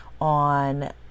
on